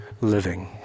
living